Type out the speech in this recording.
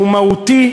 הוא מהותי,